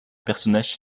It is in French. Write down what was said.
personnage